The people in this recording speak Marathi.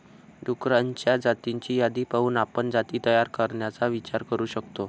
डुक्करांच्या जातींची यादी पाहून आपण जाती तयार करण्याचा विचार करू शकतो